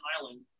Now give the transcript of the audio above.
island